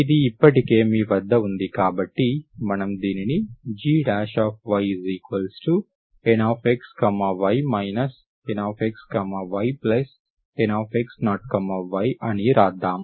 ఇది ఇప్పటికే మీ వద్ద ఉంది కాబట్టి మనము దీనిని gyNxy NxyNx0y అని రాద్దాం